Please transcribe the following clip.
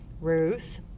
Ruth